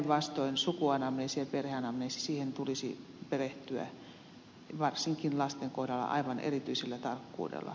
päinvastoin sukuanamneesiin ja perheanamneesiin tulisi perehtyä varsinkin lasten kohdalla aivan erityisellä tarkkuudella